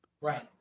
Right